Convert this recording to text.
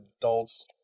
adults